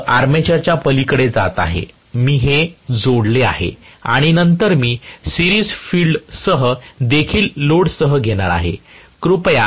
मी फक्त आर्मेचरच्या पलीकडे जात आहे मी हे जोडले आहे आणि नंतर मी सिरिज फील्ड सह देखील लोडसह घेणार आहे